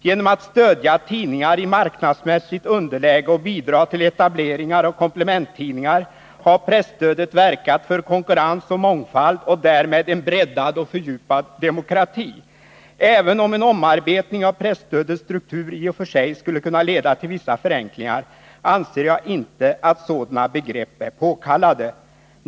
Genom att stödja tidningar i marknadsmässigt underläge och bidra till etableringar av komplementtidningar har presstödet verkat för konkurrens och mångfald och därmed en breddad och fördjupad demokrati. Även om en omarbetning av presstödets struktur i och för sig skulle kunna leda till vissa förenklingar, anser jag inte att sådana ingrepp är påkallade.